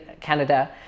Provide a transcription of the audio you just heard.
Canada